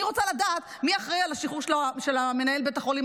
אני רוצה לדעת מי אחראי על השחרור של מנהל בית החולים,